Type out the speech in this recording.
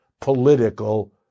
political